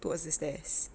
towards the stairs